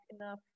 enough